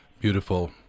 Beautiful